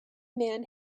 man